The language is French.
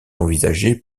envisagé